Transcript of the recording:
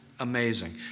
Amazing